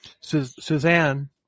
Suzanne